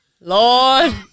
Lord